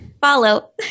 Follow